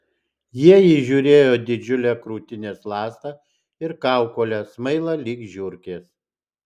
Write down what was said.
jie įžiūrėjo didžiulę krūtinės ląstą ir kaukolę smailą lyg žiurkės